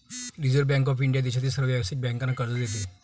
reserve bank of India देशातील सर्व व्यावसायिक बँकांना कर्ज देते